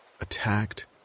attacked